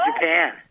Japan